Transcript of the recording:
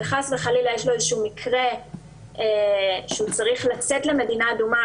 וחס וחלילה יש לו מקרה שהוא צריך לצאת למדינה אדומה,